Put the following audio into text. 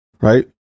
right